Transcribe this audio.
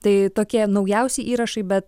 tai tokie naujausi įrašai bet